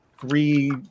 three